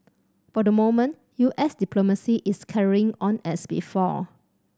for the moment U S diplomacy is carrying on as before